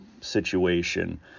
situation